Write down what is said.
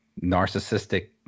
narcissistic